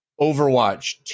Overwatch